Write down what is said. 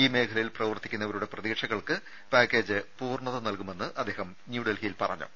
ഈ മേഖലയിൽ പ്രവർത്തിക്കുന്നവരുടെ പ്രതീക്ഷകൾക്ക് പാക്കേജ് പൂർണ്ണത നൽകുമെന്ന് അദ്ദേഹം ന്യൂഡൽഹിയിൽ പറഞ്ഞു